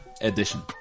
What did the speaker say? edition